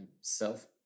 self-